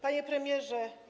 Panie Premierze!